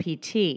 PT